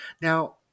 now